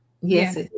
Yes